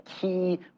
key